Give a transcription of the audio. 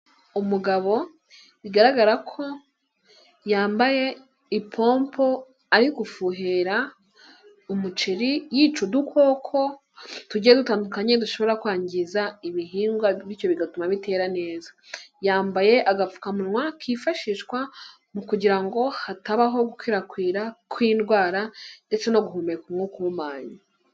Umugabo bigaragara ko yambaye ipompo ari gufuhera umuceri yica udukoko tugiye dutandukanye dushobora kwangiza ibihingwa bityo bigatuma bitera neza. Yambaye agapfukamunwa kifashishwa mu kugira ngo hatabaho gukwirakwira kw'indwara ndetse no guhumeka umwuka uhumanya.